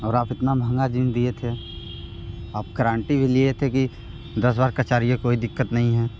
और आप इतना महंगा जींस दिए थे आप गरांटी भी लिए थे कि दस बार कचारिये कोई दिक्कत नहीं हैं